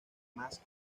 más